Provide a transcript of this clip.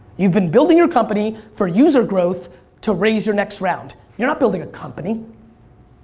you've been building your company for user growth to raise your next round. you're not building a company.